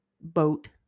boat